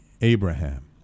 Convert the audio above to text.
Abraham